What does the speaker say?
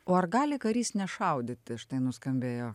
o ar gali karys nešaudyti štai nuskambėjo